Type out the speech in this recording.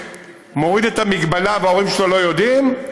מוריד את המגבלה וההורים שלו לא יודעים,